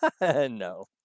No